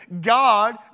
God